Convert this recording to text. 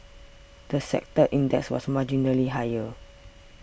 the sector index was marginally higher